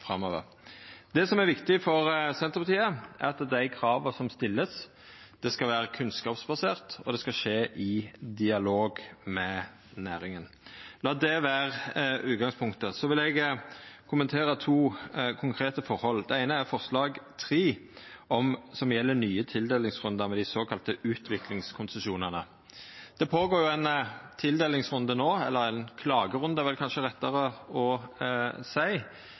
framover. Det som er viktig for Senterpartiet, er at dei krava som vert stilte, skal vera kunnskapsbaserte, og det skal skje i dialog med næringa. Lat det vera utgangspunktet. Så vil eg kommentera to konkrete forhold. Det eine er forslag nr. 3, som gjeld nye tildelingsrundar med dei såkalla utviklingskonsesjonane. Det går føre seg ein tildelingsrunde no, eller ein klagerunde er kanskje rettare å